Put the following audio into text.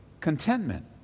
contentment